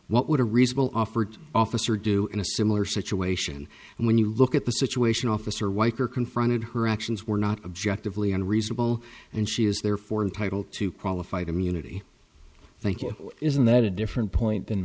what would a reasonable offered officer do in a similar situation and when you look at the situation officer white you're confronted her actions were not objectively unreasonable and she is therefore entitled to qualified immunity thank you isn't that a different point than